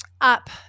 up